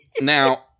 Now